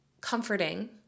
comforting